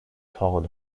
town